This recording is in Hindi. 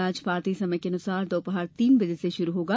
मैच भारतीय समयानुसार दोपहर तीन बजे शुरू होगा